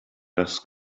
das